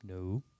No